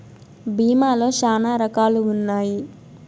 భీమా లో శ్యానా రకాలు ఉన్నాయి